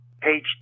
page